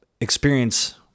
experience